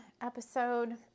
episode